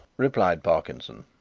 replied parkinson.